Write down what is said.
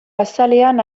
azalean